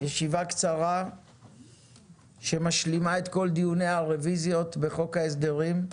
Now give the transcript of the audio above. ישיבה קצרה שמשלימה את כל דיוני הרוויזיות בחוק ההסדרים.